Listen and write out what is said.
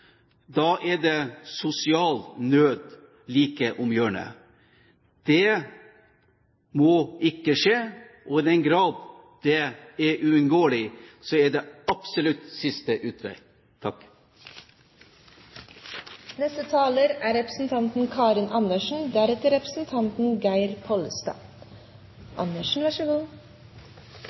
er det sosial nød like om hjørnet. Det må ikke skje, og i den grad det er uunngåelig, er det absolutt siste utvei. Det kunne jo være fristende å minne representanten